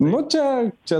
nu čia čia